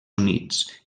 units